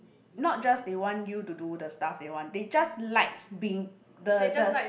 not just they want you to do the stuff they want they just like being the the